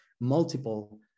multiple